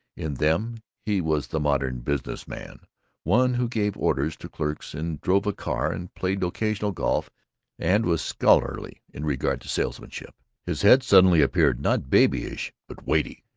in them he was the modern business man one who gave orders to clerks and drove a car and played occasional golf and was scholarly in regard to salesmanship. his head suddenly appeared not babyish but weighty,